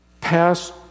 Past